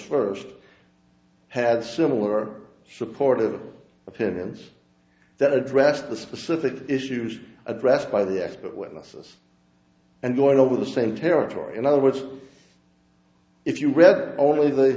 first had similar supportive opinions that addressed the specific issues addressed by the expert witnesses and going over the same territory in other words if you read only the